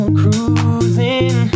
cruising